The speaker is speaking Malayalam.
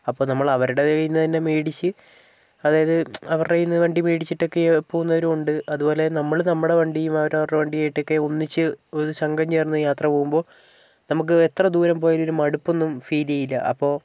അപ്പോൾ നമ്മൾ അവരുടെ കയ്യിൽ നിന്നുതന്നെ മേടിച്ച് അതായത് അവരുടെ കയ്യിൽ നിന്ന് മേടിച്ചിട്ട് ഒക്കെ പോകുന്നവരുമുണ്ട് അതുപോലെ നമ്മൾ നമ്മുടെ വണ്ടിയും അവർ അവരുടെ വണ്ടിയും ആയിട്ട് ഒക്കെ ഒന്നിച്ച് ഒരു സംഘം ചേർന്ന് യാത്ര പോകുമ്പോൾ നമുക്ക് എത്ര ദൂരം പോയാലും ഒരു മടുപ്പൊന്നും ഫീൽ ചെയ്യില്ല അപ്പോൾ